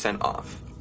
off